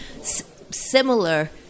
similar